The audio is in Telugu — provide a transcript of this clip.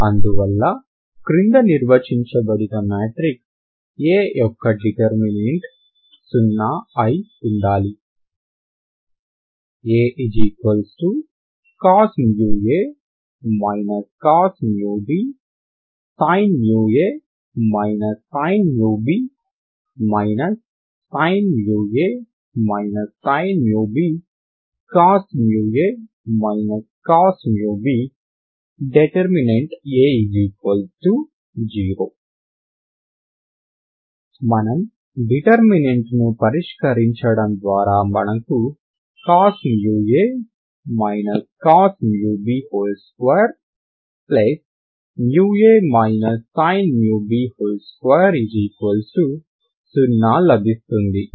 అందువల్ల క్రింద నిర్వచించబడిన మ్యాట్రిక్స్ A యొక్క డిటర్మినెంట్ 0 అయి ఉండాలి Acos a cos b sin a sin b sin a sin b cos a cos b A0 మనం డిటర్మినెంట్ను పరిష్కరించడం ద్వారా మనకు 2 a sin b20 లబిస్తుంది